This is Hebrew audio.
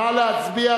נא להצביע,